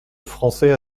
français